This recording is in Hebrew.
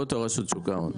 שוק ההון,